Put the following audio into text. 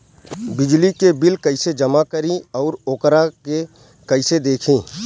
बिजली के बिल कइसे जमा करी और वोकरा के कइसे देखी?